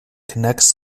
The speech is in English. connects